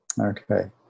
Okay